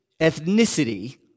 ethnicity